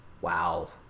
wow